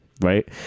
right